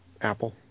Apple